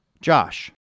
Josh